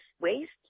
waste